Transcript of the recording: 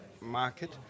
market